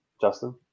Justin